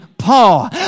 Paul